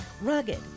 Rugged